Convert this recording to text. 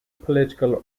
political